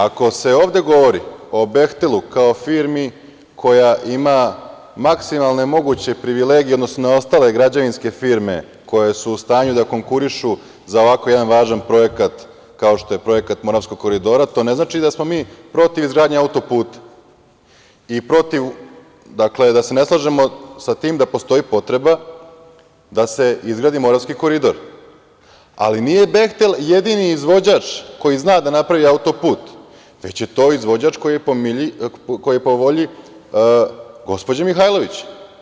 Ako se ovde govori o „Behtelu“ kao firmi koja ima maksimalne moguće privilegije u odnosu na ostale građevinske firme koje su u stanju da konkurišu za ovako jedan važan projekat, kao što je projekat Moravskog koridora, to ne znači da smo mi protiv izgradnje auto-puta i protiv, dakle da se ne slažemo sa tim da postoji potreba da se izgradi Moravski koridor, ali nije „Behtel“ jedini izvođač koji zna da napravi auto-put, već je to izvođač koji je po volji gospođe Mihajlović.